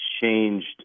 changed